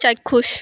ଚାକ୍ଷୁଷ